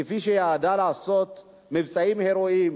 כפי שידעה לעשות מבצעים הירואיים,